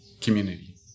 community